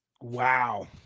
Wow